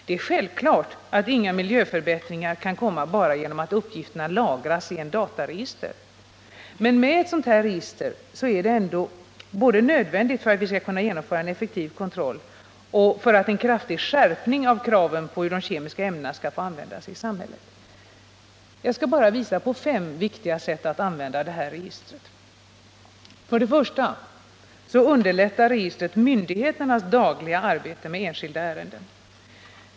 Det är självklart att vi inte kan åstadkomma miljöförbättringar genom att enbart lagra uppgifterna i ett dataregister. Ett sådant dataregister är nödvändigt för att vi skall kunna genomföra en effektiv kontroll och en kraftig skärpning av kravet när det gäller användningen av kemiska ämnen i samhället. Jag skall här bara visa på fem viktiga sätt att använda det här registret. För det första underlättar registret myndigheternas dagliga arbete med enskilda ärenden.